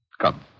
Come